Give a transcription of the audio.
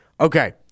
Okay